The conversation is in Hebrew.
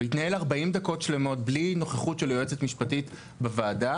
והתנהל 40 דקות שלמות בלי נוכחות של יועצת משפטית בוועדה,